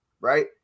right